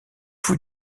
vous